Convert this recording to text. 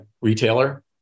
retailer